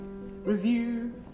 review